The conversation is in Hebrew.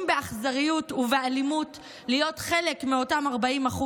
באכזריות ובאלימות להיות חלק מאותם 40%,